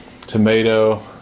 tomato